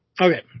Okay